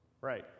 right